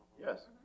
Yes